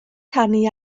rhannu